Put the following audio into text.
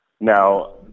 Now